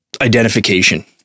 identification